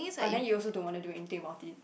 but then you also don't want to do anything about it